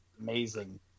amazing